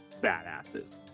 badasses